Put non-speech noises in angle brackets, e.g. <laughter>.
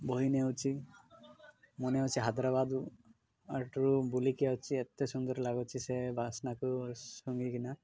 ମୋହି ନେଉଛି ମନ ହେଉଛି ହଇଦ୍ରାବାଦରୁ <unintelligible> ବୁଲିକି ଅଛି ଏତେ ସୁନ୍ଦର ଲାଗୁଛି ସେ ବାସ୍ନାକୁ ଶୁଙ୍ଗିକିନା